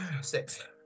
Six